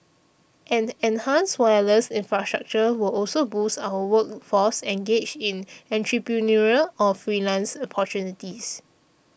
an enhanced wireless infrastructure will also boost our workforce engaged in entrepreneurial or freelance opportunities